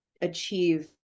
achieve